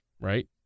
Right